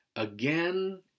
Again